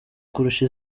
kurusha